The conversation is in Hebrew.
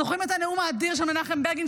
זוכרים את הנאום האדיר של מנחם בגין,